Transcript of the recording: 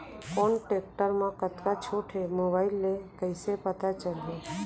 कोन टेकटर म कतका छूट हे, मोबाईल ले कइसे पता चलही?